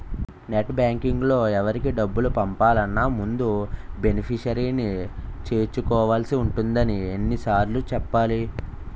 net బాంకింగ్లో ఎవరికి డబ్బులు పంపాలన్నా ముందు బెనిఫిషరీని చేర్చుకోవాల్సి ఉంటుందని ఎన్ని సార్లు చెప్పాలి